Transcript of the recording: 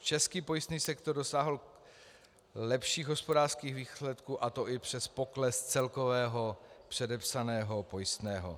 Český pojistný sektor dosáhl lepších hospodářských výsledků, a to i přes pokles celkového předepsaného pojistného.